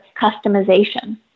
customization